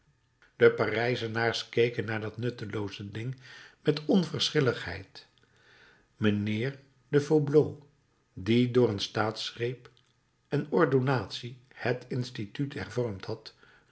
de parijzenaars keken naar dat nuttelooze ding met onverschilligheid mijnheer de vaublauc die door een staatsgreep en ordonnantie het instituut hervormd had